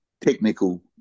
technical